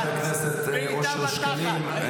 תודה רבה לחבר הכנסת אושר שקלים.